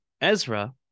Ezra